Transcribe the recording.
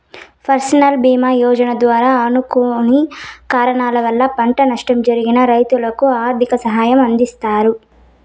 ఫసల్ భీమ యోజన ద్వారా అనుకోని కారణాల వల్ల పంట నష్టం జరిగిన రైతులకు ఆర్థిక సాయం అందిస్తారు